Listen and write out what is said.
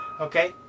okay